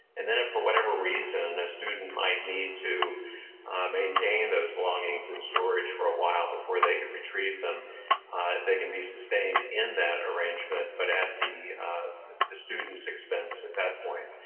and then if for whatever reason a student might need to maintain those belongings in storage for a while before they could retrieve them they can be sustained in that arrangement, but at the the student's expense at that point.